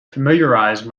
familiarize